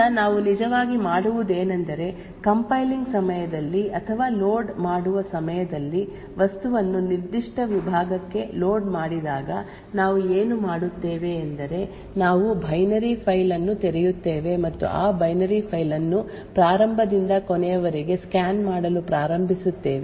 ಆದ್ದರಿಂದ ನಾವು ನಿಜವಾಗಿ ಮಾಡುವುದೇನೆಂದರೆ ಕಂಪೈಲಿಂಗ್ ಸಮಯದಲ್ಲಿ ಅಥವಾ ಲೋಡ್ ಮಾಡುವ ಸಮಯದಲ್ಲಿ ವಸ್ತುವನ್ನು ನಿರ್ದಿಷ್ಟ ವಿಭಾಗಕ್ಕೆ ಲೋಡ್ ಮಾಡಿದಾಗ ನಾವು ಏನು ಮಾಡುತ್ತೇವೆ ಎಂದರೆ ನಾವು ಬೈನರಿ ಫೈಲ್ ಅನ್ನು ತೆರೆಯುತ್ತೇವೆ ಮತ್ತು ಆ ಬೈನರಿ ಫೈಲ್ ಅನ್ನು ಪ್ರಾರಂಭದಿಂದ ಕೊನೆಯವರೆಗೆ ಸ್ಕ್ಯಾನ್ ಮಾಡಲು ಪ್ರಾರಂಭಿಸುತ್ತೇವೆ